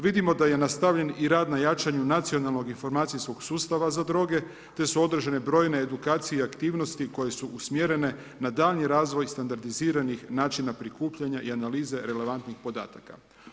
Vidimo da je nastavljen i rad na jačanju nacionalnog informacijskog sustava za droge, te su održane brojne edukacije i aktivnosti koje su usmjerene na daljnji razvoj standardiziranih načina prikupljanja i analize relevantnih podataka.